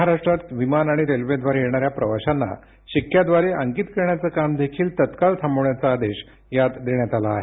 महाराष्ट्रात विमान आणि रेल्वेद्वारे येणाऱ्या प्रवाशांना शिक्क्याद्वारे अंकित करण्याचे काम देखील तत्काळ थांबवण्याचा आदेश यात देण्यात आला आहे